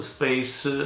Space